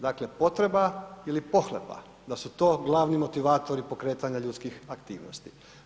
Dakle potreba ili pohlepa, da su to glavni motivatori pokretanja ljudskih aktivnosti.